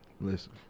Listen